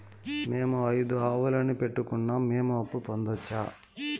మేము ఐదు ఆవులని పెట్టుకున్నాం, మేము అప్పు పొందొచ్చా